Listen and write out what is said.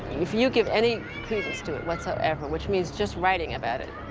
if you give any credence to it whatsoever, which means just writing about it,